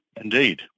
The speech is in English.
indeed